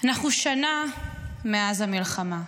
אנחנו שנה מאז המלחמה.